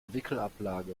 wickelablage